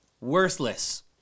worthless